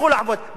בבקשה,